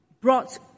brought